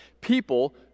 people